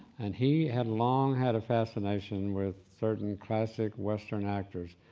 and he had long had a fascination with certain classic western actors,